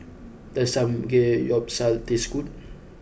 does Samgeyopsal taste good